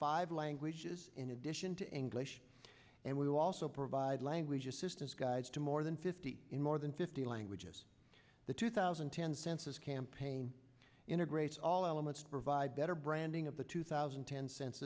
five languages in addition to english and we will also provide language assistance guides to more than fifty in more than fifty languages the two thousand and ten census campaign integrates all elements provide better branding of the two thousand and ten cen